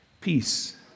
peace